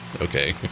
okay